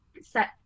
set